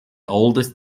oldest